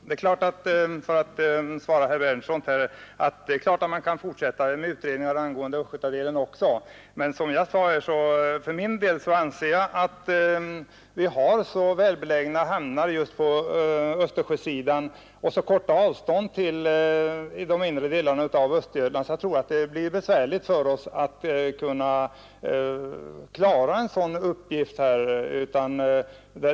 Herr talman! På herr Berndtsons i Linköping fråga vill jag svara att man naturligtvis kan fortsätta och utreda även kanalens östgötadel, men jag anser för min del att vi har så välbelägna hamnar på Östersjösidan och så korta avstånd till de inre delarna av Östergötland att jag tror det blir besvärligt för oss att kunna klara en sådan uppgift.